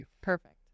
Perfect